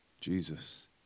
Jesus